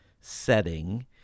setting